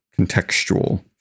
contextual